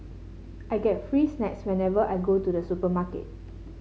I get free snacks whenever I go to the supermarket